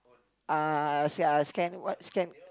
uh s~ uh scan what scan